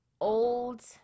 old